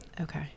Okay